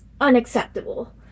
unacceptable